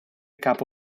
capo